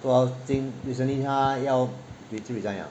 不过今 recently 她她要已经 resign liao